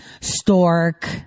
Stork